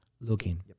looking